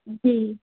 जी